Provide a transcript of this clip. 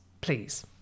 please